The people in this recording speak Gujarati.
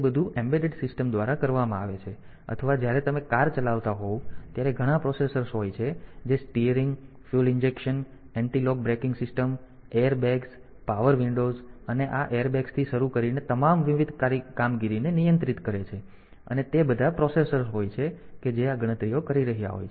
તે બધું એમ્બેડેડ સિસ્ટમ દ્વારા કરવામાં આવે છે અથવા જ્યારે તમે કાર ચલાવતા હોવ ત્યારે ઘણા પ્રોસેસર્સ હોય છે જે steering fuel injection anti lock braking system airbags power windows અને આ એરબેગ્સ થી શરૂ કરીને તમામ વિવિધ કામગીરીને નિયંત્રિત કરે છે અને તે બધા પ્રોસેસર્સ હોય છે કે જે આ ગણતરીઓ કરી રહ્યા હોય છે